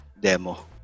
demo